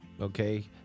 Okay